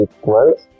equals